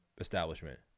establishment